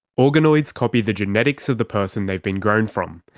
organoids copy the genetics of the person they've been grown from.